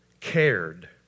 cared